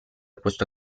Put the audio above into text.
questo